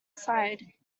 hide